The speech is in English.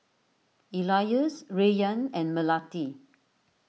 Elyas Rayyan and Melati